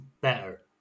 better